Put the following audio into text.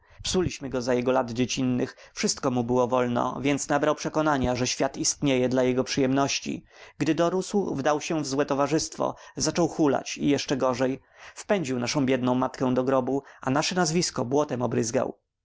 psuliśmy go za jego lat dziecinnych wszystko mu było wolno więc nabrał przekonania że świat istnieje dla jego przyjemności gdy dorósł wdał się w złe towarzystwo zaczął hulać i jeszcze gorzej wpędził naszą biedną matkę do grobu a nasze nazwisko błotem